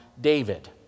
David